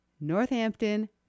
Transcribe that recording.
Northampton